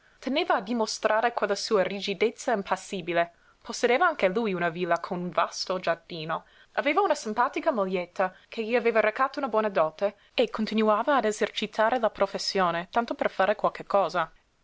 a dimostrare quella sua rigidezza impassibile possedeva anche lui una villa con un vasto giardino aveva una simpatica moglietta che gli aveva recata una buona dote e continuava ad esercitare la professione tanto per fare qualche cosa